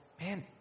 man